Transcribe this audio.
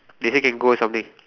they say can go something